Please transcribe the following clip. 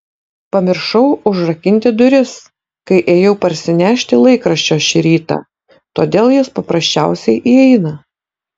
pamiršau užrakinti duris kai ėjau parsinešti laikraščio šį rytą todėl jis paprasčiausiai įeina